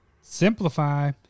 Simplify